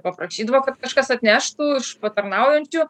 paprašydavo kad kažkas atneštų iš patarnaujančių